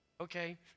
okay